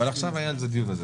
אבל עכשיו היה על זה דיון.